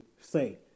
say